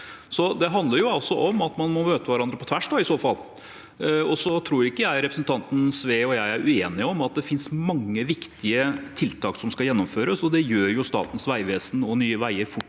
det handler jo om at man må møte hverandre på tvers da, i så fall. Så tror jeg ikke representanten Sve og jeg er uenige om at det finnes mange viktige tiltak som skal gjennomføres, og det gjør Statens vegvesen og Nye veier